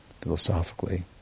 philosophically